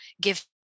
give